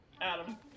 Adam